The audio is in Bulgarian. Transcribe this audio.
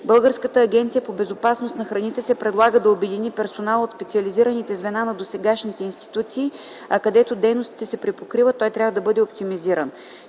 Българската агенция по безопасност на храните се предлага да обедини персонала от специализираните звена на досегашните институции, а където дейностите се припокриват, той трябва да бъде оптимизиран.